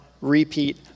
repeat